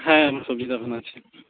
হ্যাঁ আমার সবজি দোকান আছে